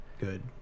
good